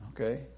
Okay